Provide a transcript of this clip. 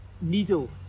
needle